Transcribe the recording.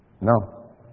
No